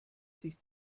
sich